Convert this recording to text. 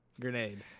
Grenade